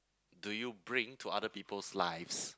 do you bring to other people's lives